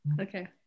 Okay